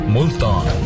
Multan